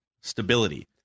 stability